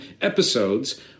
episodes